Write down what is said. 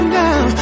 now